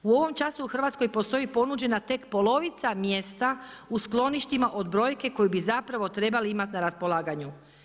U ovom času u Hrvatskoj postoji ponuđena tek polovica mjesta u skloništima od brojke koju bi zapravo trebali imati na raspolaganju.